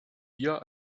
hier